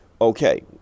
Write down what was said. okay